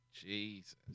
Jesus